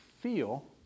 feel